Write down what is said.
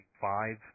five